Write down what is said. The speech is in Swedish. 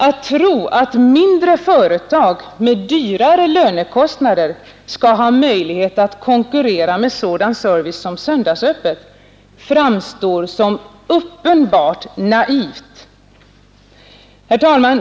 Att tro att mindre företag med högre lönekostnader skall ha möjlighet att konkurrera med sådan service som söndagsöppet framstår som uppenbart naivt. Herr talman!